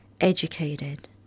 educated